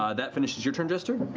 ah that finishes your turn, jester?